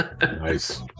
Nice